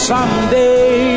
Someday